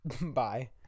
Bye